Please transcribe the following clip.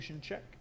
check